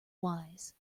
wise